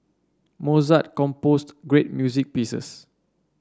Mozart composed great music pieces